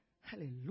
Hallelujah